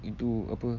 itu apa